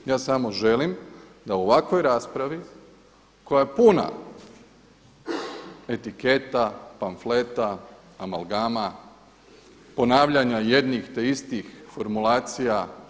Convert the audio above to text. Ja samo želim da u ovakvoj raspravi koja je puna etiketa, pamfleta, amalgama ponavljanja jednih te istih formulacija.